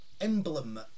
emblem